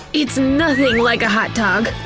it's nothing like a hot dog.